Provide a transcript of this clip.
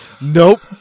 Nope